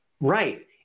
right